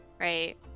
right